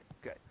good